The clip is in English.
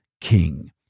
king